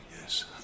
Yes